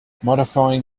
modifying